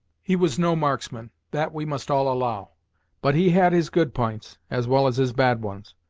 he was no marksman, that we must all allow but he had his good p'ints, as well as his bad ones.